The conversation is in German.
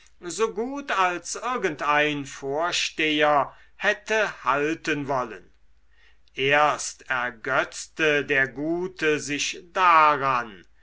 so gut als irgendein vorsteher hätte halten wollen erst ergötzte der gute sich daran